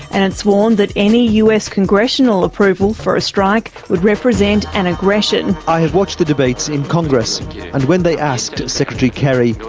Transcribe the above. and it's warned that any us congressional approval for a strike would represent an aggression. i have watched the debates in congress and when they asked secretary kerry,